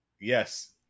Yes